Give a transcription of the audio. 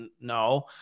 no